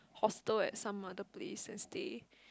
hostel at some other place and stay